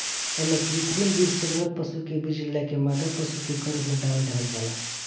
एमे कृत्रिम वीर्य से नर पशु के वीर्य लेके मादा पशु के गर्भ में डाल देहल जाला